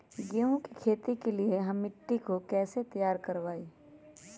गेंहू की खेती के लिए हम मिट्टी के कैसे तैयार करवाई?